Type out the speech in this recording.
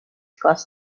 caused